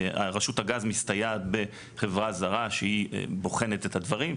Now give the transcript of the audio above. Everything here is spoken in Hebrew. רשות הגז מסתייעת בחברה זרה שבוחנת את הדברים,